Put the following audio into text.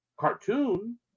cartoon